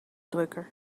drukker